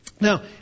Now